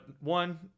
One